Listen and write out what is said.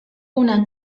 una